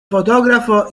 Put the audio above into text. fotografo